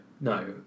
no